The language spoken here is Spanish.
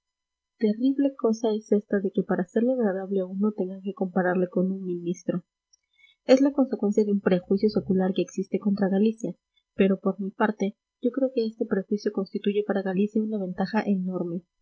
terrible cosa es esta de que para serle agradable a uno tengan que compararle con un ministro es la consecuencia de un prejuicio secular que existe contra galicia pero por mi parte yo creo que este prejuicio constituye para galicia una ventaja enorme